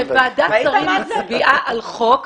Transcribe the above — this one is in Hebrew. כשוועדת שרים מצביעה על חוק,